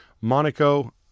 Monaco